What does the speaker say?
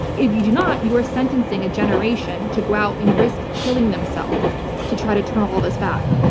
if you do not, you are sentencing a generation to go out and risk killing themselves to try to turn all this back.